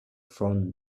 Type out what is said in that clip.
from